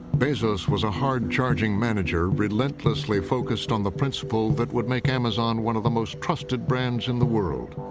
bezos was a hard-charging manager relentlessly focused on the principle that would make amazon one of the most trusted brands in the world